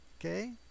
Okay